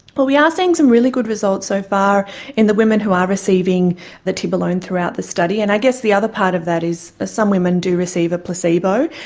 but we are seeing some really good results so far in the women who are receiving the tibolone throughout the study, and i guess the other part of that is some women do receive a placebo,